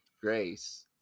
Grace